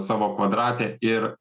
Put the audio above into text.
savo kvadrate ir